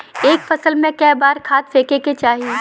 एक फसल में क बार खाद फेके के चाही?